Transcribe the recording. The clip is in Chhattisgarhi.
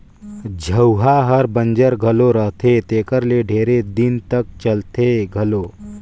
झउहा हर बंजर घलो रहथे तेकर ले ढेरे दिन तक चलथे घलो